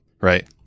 right